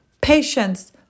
patience